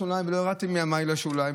ולא ירדתי מימיי לשוליים,